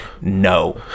no